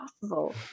possible